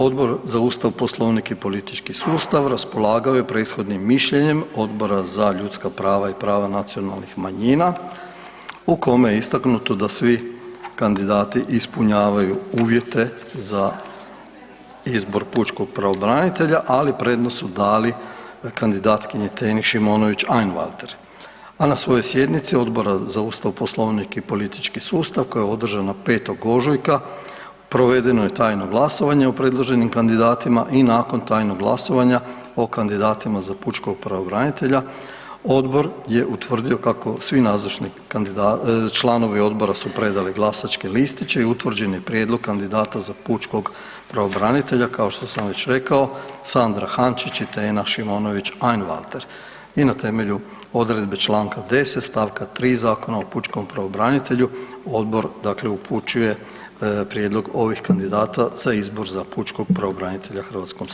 Odbor za Ustav, Poslovnik i politički sustav raspolagao je prethodnim mišljenjem Odbora za ljudska prava i prava nacionalnih manjina u kome je istaknuto da svi kandidati ispunjavaju uvjete za izbor pučkog pravobranitelja, ali prednost su dali kandidatkinji Teni Šimonović Einwalter, a na svojoj sjednici Odbora za Ustav, Poslovnik i politički sustav koja je održana 5. ožujka provedeno je tajno glasovanje o predloženim kandidatima i nakon tajnog glasovanja o kandidatima za pučkog pravobranitelja Odbor je utvrdio kako svi nazočni članovi Odbora su predali glasačke listiće i utvrđen je Prijedlog kandidata za Pučkog pravobranitelja kao što sam već rekao Sandra Jančić i Tena Šimonović Einwalter i na temelju odredbe članka 10. stavka 3. Zakona o Pučkom pravobrtanitelju Odbor dakle upućuje prijedlog ovih kandidata za izbor za Pučkog pravobranitelja Hrvatskom saboru.